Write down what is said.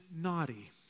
naughty